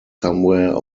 somewhere